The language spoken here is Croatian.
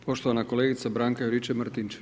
Poštovana kolegica Branka Juričev-Martinčev.